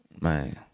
Man